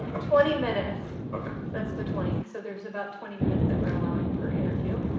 ah twenty minutes, that's the twenty. so there's about twenty minutes that we're allowing per interview.